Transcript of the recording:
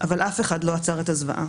אבל אף אחד לא עצר את הזוועה.